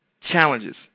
challenges